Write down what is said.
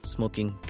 Smoking